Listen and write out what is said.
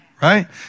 Right